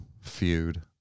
feud